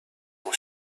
will